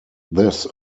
this